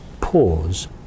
pause